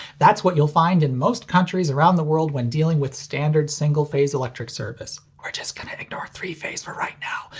that's what you'll find in most countries around the world when dealing with standard single-phase electric service. we're just gonna ignore three-phase for right now.